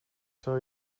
zal